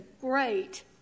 great